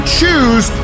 choose